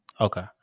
Okay